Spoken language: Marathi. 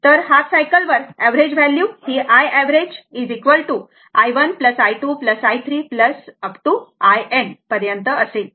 तर हाफ सायकल वर एवरेज व्हॅल्यू ही I एवरेज आहे I average i1 i 2 i3 - in पर्यंत असेल